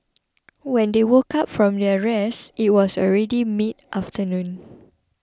when they woke up from their rest it was already midafternoon